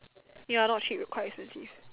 ya not cheap quite expensive